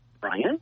Brian